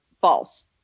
false